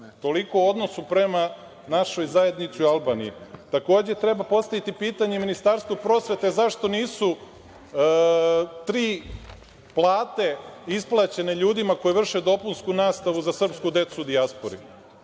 Toliko o odnosu prema našoj zajednici u Albaniji. Takođe, treba postaviti pitanje Ministarstvu prosvete zašto nisu tri plate isplaćene ljudima koji vrše dopunsku nastavu za srpsku decu u dijaspori.